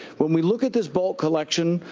when we look at this bulk collection,